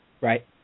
right